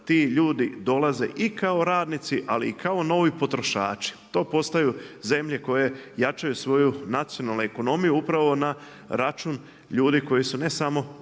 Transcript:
ti ljudi dolaze i kao radnici ali i kao novi potrošači. To postaju zemlje koje jačaju svoju nacionalnu ekonomiju upravo na račun ljudi koji su ne samo